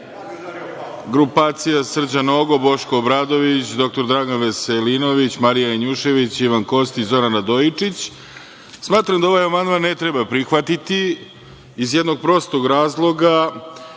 grupacija Srđan Nogo, Boško Obradović, dr Dragan Veselinović, Marija Janjušević, Ivan Kostić, Zoran Radojičić, smatram da ovaj amandman ne treba prihvatiti, iz jednog prostog razloga,